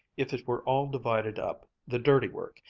if it were all divided up, the dirty work,